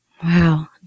Wow